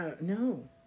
No